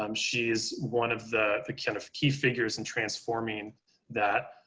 um she's one of the kind of key figures in transforming that